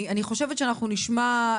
אני חושבת שאנחנו נשמע,